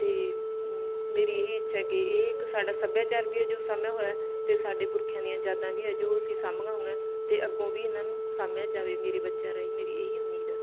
ਅਤੇ ਮੇਰੀ ਇਹੀ ਇੱਛਾ ਹੈ ਕਿ ਇਹ ਇੱਕ ਸਾਡਾ ਸੱਭਿਆਚਾਰ ਵੀ ਹੈ ਜੋ ਸਾਂਭਿਆ ਹੋਇਆ ਅਤੇ ਸਾਡੇ ਪੁਰਖਿਆਂ ਦੀਆਂ ਯਾਦਾਂ ਵੀ ਹੈ ਜੋ ਅਸੀਂ ਸਾਂਭੀਆਂ ਹੋਈਆਂ ਅਤੇ ਅੱਗੋਂ ਵੀ ਇਹਨਾਂ ਨੂੰ ਸਾਂਭਿਆ ਜਾਵੇ ਮੇਰੇ ਬੱਚਿਆਂ ਰਾਹੀਂ ਮੇਰੀ ਇਹੀ ਉਮੀਦ ਹੈ